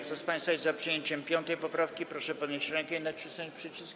Kto z państwa jest za przyjęciem 5. poprawki, proszę podnieść rękę i nacisnąć przycisk.